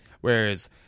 whereas